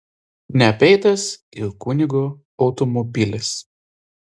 neapeitas ir kunigo automobilis